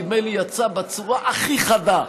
נדמה לי יצאה בצורה הכי חדה,